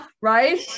right